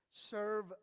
Serve